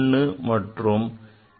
j will be l plus half l minus half